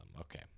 Okay